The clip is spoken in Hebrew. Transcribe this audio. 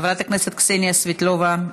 חברת הכנסת קסניה סבטלובה,